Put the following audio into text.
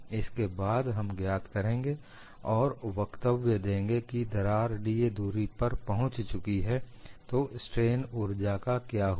इसके बाद हम ज्ञात करेंगे और वक्तव्य देंगे कि जब दरार 'da' दूरी तक पहुंच चुकी है तो स्ट्रेन ऊर्जा का क्या हुआ